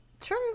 true